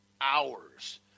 hours